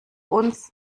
uns